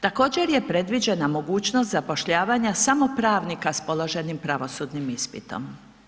Također je predviđena mogućnost samo pravnika s položenim pravosudnim ispitom.